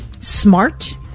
smart